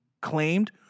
claimed